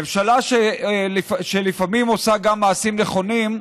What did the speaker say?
ממשלה שלפעמים עושה גם מעשים נכונים,